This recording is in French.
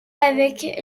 avec